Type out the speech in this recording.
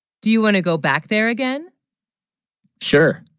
do you, want to go back there again sure